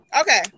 Okay